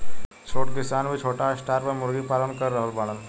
छोट किसान भी छोटा स्टार पर मुर्गी पालन कर रहल बाड़न